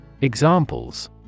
Examples